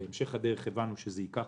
ובהמשך הדרך הבנו שזה ייקח